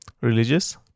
Religious